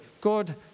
God